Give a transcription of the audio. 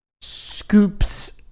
scoops